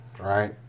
right